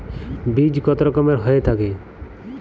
বীজ কত রকমের হয়ে থাকে?